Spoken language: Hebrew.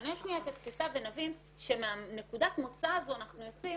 נשנה את התפיסה ונבין שמנקודת המוצא הזו אנחנו יוצאים,